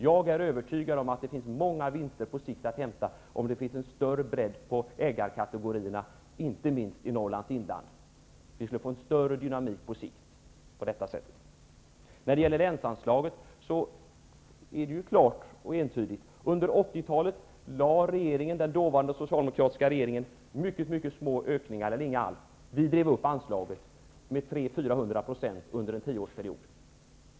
Jag är övertygad om att det på sikt finns många vinster att hämta om det blir en större bredd på ägarkategorierna, inte minst i Norrlands inland. Vi skulle på sikt få en större dynamik på detta sätt. När det gäller länsanslaget är det ju klart och entydigt att den socialdemokratiska regeringen under 80-talet beviljade mycket små ökningar eller inga ökningar alls. Vi drev upp anslaget med 300-- 400 % under en tioårsperiod.